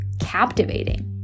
captivating